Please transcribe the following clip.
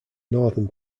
northern